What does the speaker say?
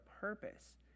purpose